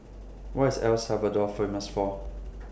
What IS El Salvador Famous For